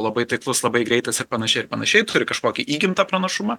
labai taiklus labai greitas ir panašiai ir panašiai turi kažkokį įgimtą pranašumą